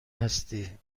هستی